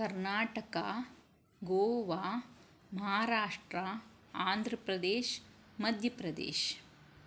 Karnataka Goa Maharashtra Andhra Pradesh Madhya Pradesh